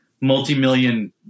multi-million